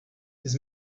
this